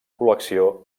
col·lecció